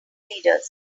leaders